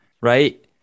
right